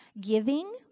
Giving